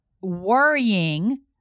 worrying